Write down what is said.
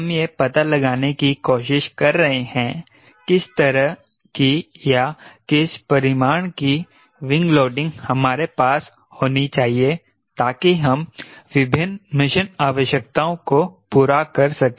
हम यह पता लगाने की कोशिश कर रहे हैं किस तरह की या किस परिमाण की विंग लोडिंग हमारे पास होनी चाहिए ताकि हम विभिन्न मिशन आवश्यकताओं को पूरा कर सके